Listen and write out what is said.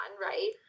right